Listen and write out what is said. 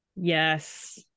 Yes